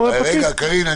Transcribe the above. פקיד.